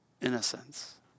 innocence